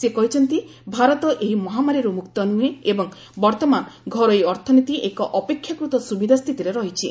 ସେ କହିଛନ୍ତି ଭାରତ ଏହି ମହାମାରୀରୁ ମୁକ୍ତ ନୁହେଁ ଏବଂ ବର୍ତ୍ତମାନ ଘରୋଇ ଅର୍ଥନୀତି ଏକ ଅପେକ୍ଷାକୃତ ସୁବିଧା ସ୍ଥିତିରେ ରହିଛି